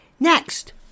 Next